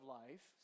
life